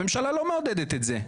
הממשלה לא מעודדת את זה.